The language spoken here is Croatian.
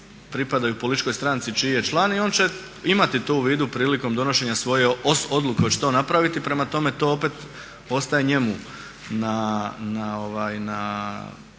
pripadaju političkoj stranci čiji je član i on će imati to u vidu prilikom donošenja svoje odluke oće to napraviti. Prema tome, to opet ostaje njemu na